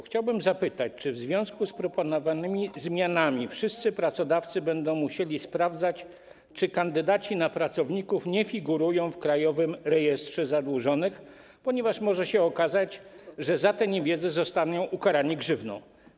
Chciałbym zapytać, czy w związku z proponowanymi zmianami wszyscy pracodawcy będą musieli sprawdzać, czy kandydaci na pracowników nie figurują w Krajowym Rejestrze Zadłużonych, ponieważ może się okazać, że za tę niewiedzę zostaną ukarani grzywną.